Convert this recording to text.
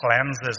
cleanses